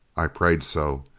i prayed so.